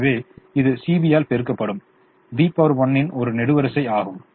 எனவே இது CB ஆல் பெருக்கப்படும் B 1 இன் ஒரு நெடுவரிசை ஆகும்